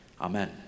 amen